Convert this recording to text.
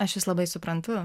aš jus labai suprantu